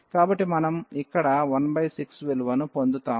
కాబట్టి మనం ఇక్కడ 16 విలువను పొందుతాము